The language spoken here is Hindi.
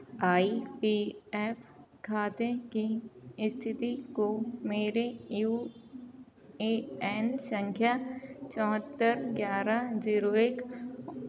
आइ पी एफ खाते के स्थिति को मेरे यू ए एन संख्या चौहत्तर ग्यारह जीरो एक